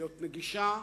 להיות נגישה.